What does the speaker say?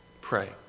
Pray